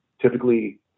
Typically